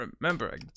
remember